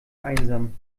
einsam